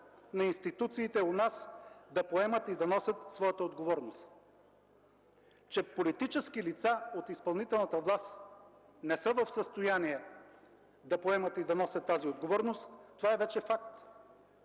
на институциите у нас да поемат и да носят своята отговорност, че политически лица от изпълнителната власт не са в състояние да поемат и да носят тази отговорност – това е вече факт.